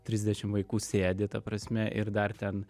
trisdešim vaikų sėdi ta prasme ir dar ten